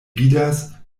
vidas